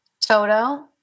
Toto